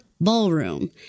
ballroom